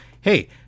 hey